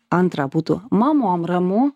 antra būtų mamom ramu